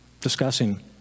discussing